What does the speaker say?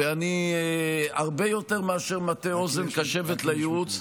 ואני הרבה יותר מאשר מטה אוזן קשבת לייעוץ,